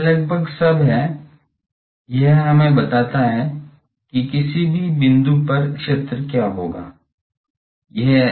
तो यह लगभग सब है यह हमें बताता है कि किसी भी बिंदु पर क्षेत्र क्या होगा